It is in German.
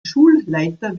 schulleiter